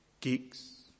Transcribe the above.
geeks